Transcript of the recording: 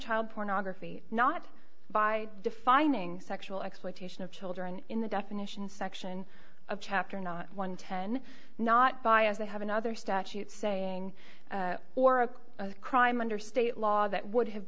child pornography not by defining sexual exploitation of children in the definition section of chapter not one can not by if they have another statute saying or a crime under state law that would have